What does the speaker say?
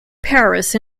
paris